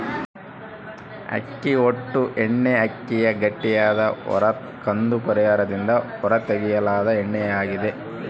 ಅಕ್ಕಿ ಹೊಟ್ಟು ಎಣ್ಣೆಅಕ್ಕಿಯ ಗಟ್ಟಿಯಾದ ಹೊರ ಕಂದು ಪದರದಿಂದ ಹೊರತೆಗೆಯಲಾದ ಎಣ್ಣೆಯಾಗಿದೆ